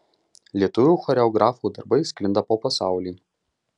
lietuvių choreografų darbai sklinda po pasaulį